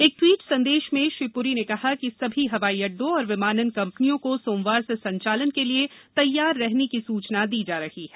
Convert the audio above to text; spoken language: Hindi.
एक ट्वीट संदेश में श्री पुरी ने कहा कि सभी हवाई अड्डों और विमानन कम्पनियों को सोमवार से संचालन के लिए तैयार रहने की सूचना दी जा रही है